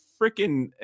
freaking